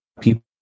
people